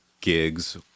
gigs